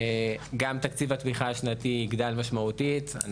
גם תקציב התמיכה השנתי יגדל משמעותית,